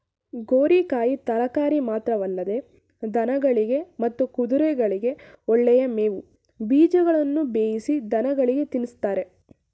ಗೋರಿಕಾಯಿ ತರಕಾರಿ ಮಾತ್ರವಲ್ಲದೆ ದನಗಳಿಗೆ ಮತ್ತು ಕುದುರೆಗಳಿಗೆ ಒಳ್ಳೆ ಮೇವು ಬೀಜಗಳನ್ನು ಬೇಯಿಸಿ ದನಗಳಿಗೆ ತಿನ್ನಿಸ್ತಾರೆ